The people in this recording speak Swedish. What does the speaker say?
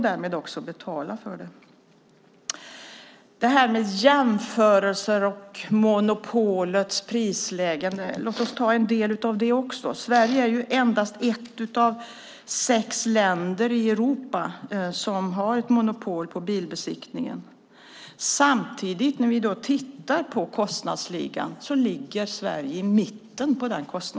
Låt oss titta på jämförelser och monopolets prisläge. Sverige är ett av endast sex länder i Europa som har monopol på bilbesiktning. När vi tittar på kostnadsligan ligger Sverige i mitten.